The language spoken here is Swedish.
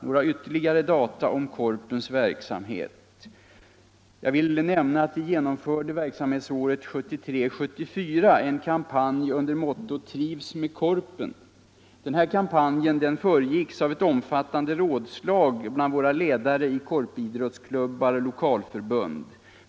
Några ytterligare data om Korpens verksamhet: Vi genomförde verksamhetsåret 1973/74 en kampanj under mottot Trivs med Korpen. Denna kampanj föregicks av ett omfattande rådslag bland våra ledare i korpidrottsklubbar och lokalförbund.